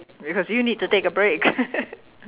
because you need to take a break